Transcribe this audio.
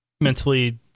mentally